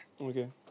Okay